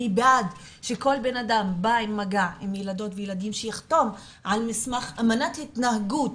אני בעד שכל אדם שבא במגע עם ילדות וילדים יחתום על אמנת התנהגות